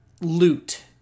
loot